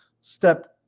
step